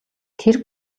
тэр